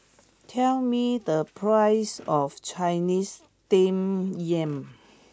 tell me the price of Chinese Steamed Yam